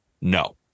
No